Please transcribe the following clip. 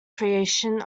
creation